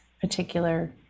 particular